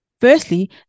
Firstly